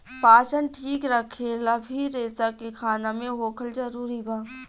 पाचन ठीक रखेला भी रेसा के खाना मे होखल जरूरी बा